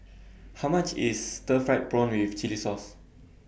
How much IS Stir Fried Prawn with Chili Sauce